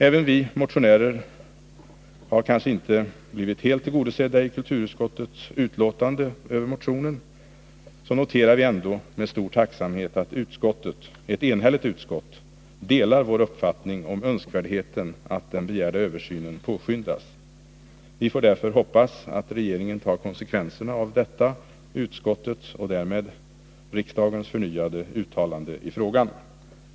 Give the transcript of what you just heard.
Även om vi motionärer kanske inte har blivit helt tillgodosedda i kulturutskottets utlåtande över motionen, noterar vi ändå med stor tacksamhet att ett enhälligt utskott delar vår uppfattning om önskvärdheten att den begärda översynen påskyndas. Vi får därför hoppas att regeringen tar konsekvenserna av detta utskottets och därmed riksdagens förnyade uttalande i frågan.